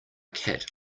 cat